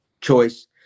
choice